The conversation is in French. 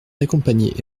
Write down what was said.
d’accompagner